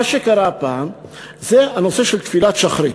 מה שקרה הפעם זה הנושא של תפילת שחרית.